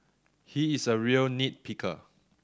he is a real nit picker